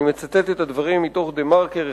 ואני מצטט את הדברים מתוך "דה-מרקר",